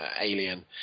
Alien